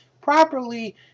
properly